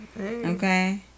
Okay